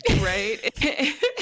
right